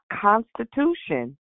constitution